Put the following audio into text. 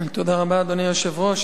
אדוני היושב-ראש,